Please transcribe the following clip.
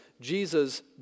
Jesus